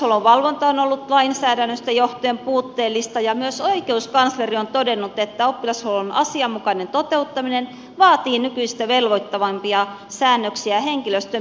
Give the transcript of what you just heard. oppilashuollon valvonta on ollut lainsäädännöstä johtuen puutteellista ja myös oikeuskansleri on todennut että oppilashuollon asianmukainen toteuttaminen vaatii nykyistä velvoittavampia säännöksiä henkilöstön mitoituksesta